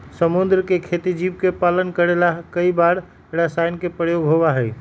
समुद्र के खेती जीव के पालन करे ला कई बार रसायन के प्रयोग होबा हई